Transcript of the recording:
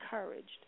encouraged